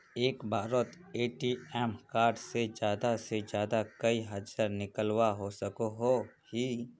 एक बारोत ATM card से ज्यादा से ज्यादा कई हजार निकलवा सकोहो ही?